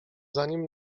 zanim